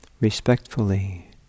respectfully